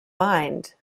mind